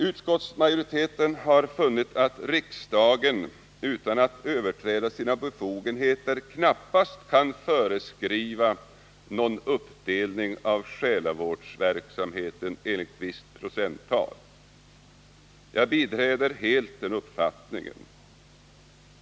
Utskottsmajoriteten har funnit att riksdagen utan att överträda sina befogenheter knappast kan föreskriva någon uppdelning av själavårdsverksamheten enligt visst procenttal. Jag biträder helt den uppfattningen.